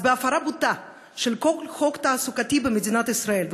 אז בהפרה בוטה של כל חוק תעסוקתי במדינת ישראל,